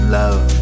love